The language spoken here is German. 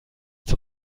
zum